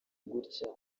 gutya